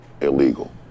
illegal